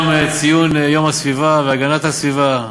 אמרתי שהיום זה ציון יום הסביבה והגנת הסביבה,